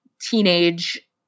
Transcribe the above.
teenage